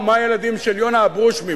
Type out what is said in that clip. ומה הילדים של יונה אברושמי?